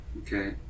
Okay